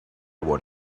what